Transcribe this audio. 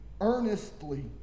earnestly